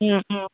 മ് മ്